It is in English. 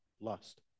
lust